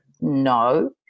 no